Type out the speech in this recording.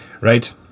Right